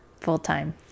full-time